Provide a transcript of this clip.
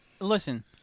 Listen